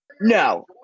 No